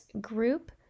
group